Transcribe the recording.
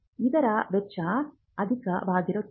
ಇದರ ವೆಚ್ಚವು ಅಧಿಕವಾಗಿರುತ್ತದೆ